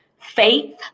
faith